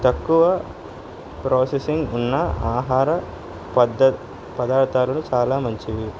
తక్కువ ప్రాసెసింగ్ ఉన్న ఆహార పదార్థాలు చాలా మంచివి